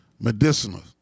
Medicinal